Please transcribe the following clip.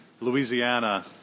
Louisiana